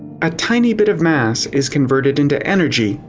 a tiny bit of mass is converted into energy,